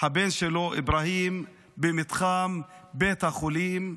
הבן שלו איברהים במתחם בית החולים,